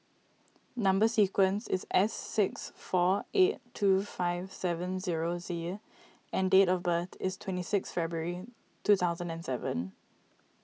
Number Sequence is S six four eight two five seven zero Z and date of birth is twenty six February two thousand and seven